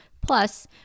Plus